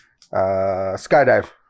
skydive